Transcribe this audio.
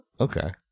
Okay